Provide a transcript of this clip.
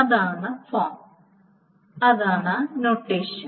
അതാണ് ഫോം അതാണ് നൊട്ടേഷൻ